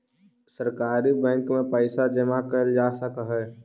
सहकारी बैंक में पइसा जमा कैल जा सकऽ हइ